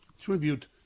Tribute